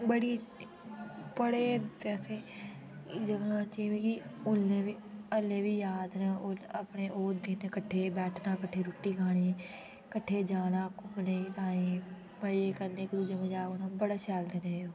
बड़ी बड़े जे असेई जगहा जे मी ओह्ले बी अल्ली बी याद न अपने ओह् दिंन कट्ठे बैठना कट्ठे रोटी खानी कट्ठे जाना घुमने गी ताई पाई कदे कोई बड़ा शैल देन हे ओह्